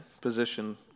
position